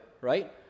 right